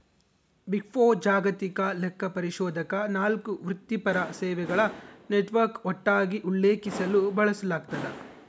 big four ಜಾಗತಿಕ ಲೆಕ್ಕಪರಿಶೋಧಕ ನಾಲ್ಕು ವೃತ್ತಿಪರ ಸೇವೆಗಳ ನೆಟ್ವರ್ಕ್ ಒಟ್ಟಾಗಿ ಉಲ್ಲೇಖಿಸಲು ಬಳಸಲಾಗ್ತದ